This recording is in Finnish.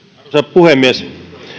puhemies